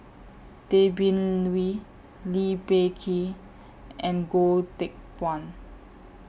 Tay Bin Wee Lee Peh Gee and Goh Teck Phuan